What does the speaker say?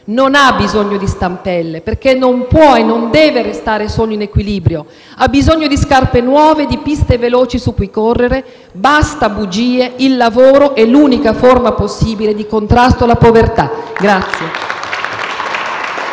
non ha bisogno di stampelle perché non può e non deve restare solo in equilibrio; ha bisogno di scarpe nuove e di piste veloci su cui correre. Basta bugie! Il lavoro è l'unica forma possibile di contrasto alla povertà.